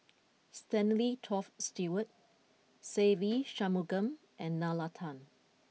Stanley Toft Stewart Se Ve Shanmugam and Nalla Tan